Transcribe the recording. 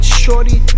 shorty